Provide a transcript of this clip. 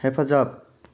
हेफाजाब